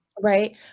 right